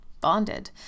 bonded